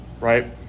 right